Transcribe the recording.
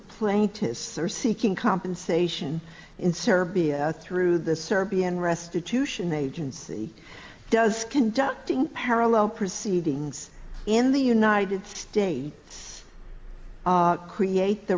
plaintiffs are seeking compensation in serbia through the serbian restitution agency does conducting parallel proceedings in the united states create the